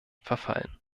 verfallen